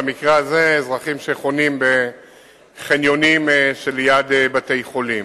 במקרה הזה אזרחים שחונים בחניונים שליד בתי-חולים.